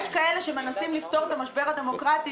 יש כאלה שמנסים לפתור את המשבר הדמוקרטי,